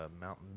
mountain